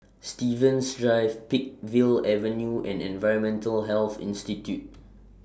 Stevens Drive Peakville Avenue and Environmental Health Institute